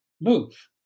move